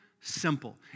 simple